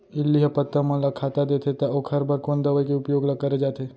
इल्ली ह पत्ता मन ला खाता देथे त ओखर बर कोन दवई के उपयोग ल करे जाथे?